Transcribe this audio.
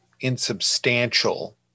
insubstantial